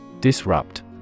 Disrupt